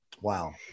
Wow